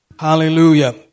Hallelujah